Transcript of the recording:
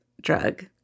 drug